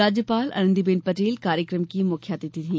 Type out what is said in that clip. राज्यपाल आनंदी बेन पटेल कार्यक्रम की मुख्य अतिथि थी